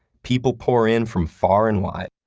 people pour in from far and wide.